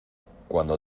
cuando